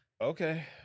Okay